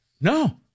no